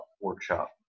workshop